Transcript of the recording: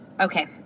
Okay